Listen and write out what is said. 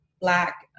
black